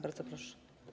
Bardzo proszę.